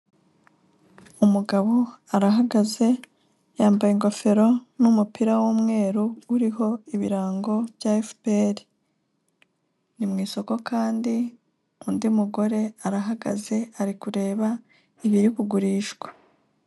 Umugabo arahagaze yambaye ingofero n'umupira w'umweru uriho ibirango bya FPR, ni mu isoko kandi undi mugore arahagaze ari kureba ibiri kugurishwa.